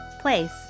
place